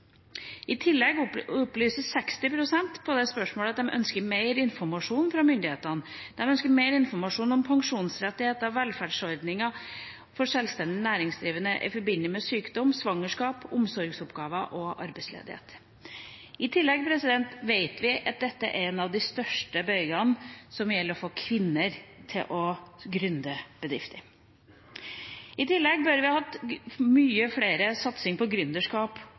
I tillegg opplyste 60 pst. på det spørsmålet at de ønsker mer informasjon fra myndighetene, de ønsker mer informasjon om pensjonsrettigheter og velferdsordninger for sjølstendig næringsdrivende i forbindelse med sykdom, svangerskap, omsorgsoppgaver og arbeidsledighet. I tillegg vet vi at dette er en av de største bøygene når det gjelder å få kvinner til å gründe bedrifter. I tillegg burde vi hatt mye mer satsing på